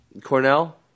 Cornell